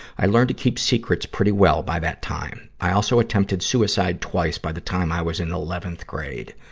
i learned to keep secrets pretty well by that time. i also attempted suicide twice by the time i was in eleventh grade.